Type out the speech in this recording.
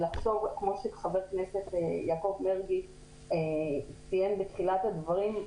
כמו שאמר חבר הכנסת מרגי בתחילת הדברים,